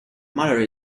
mother